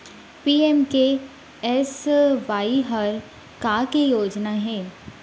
PMKSY हर का के योजना हे?